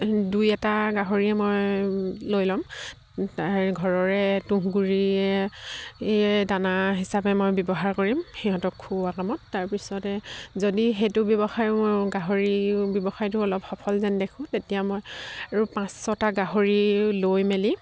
দুই এটা গাহৰিয়ে মই লৈ ল'ম তাৰ ঘৰৰে তুঁহ গুৰিৰে এ দানা হিচাপে মই ব্যৱহাৰ কৰিম সিহঁতক খুওৱা কামত তাৰপিছতে যদি সেইটো ব্যৱসায়ো গাহৰি ব্যৱসায়টো অলপ সফল যেন দেখোঁ তেতিয়া মই আৰু পাঁচ ছটা গাহৰি লৈ মেলি